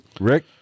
Rick